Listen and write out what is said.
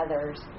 others